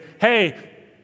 hey